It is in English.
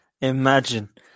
Imagine